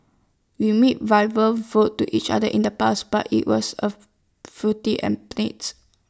we made verbal vows to each other in the past but IT was A futile